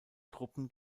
truppen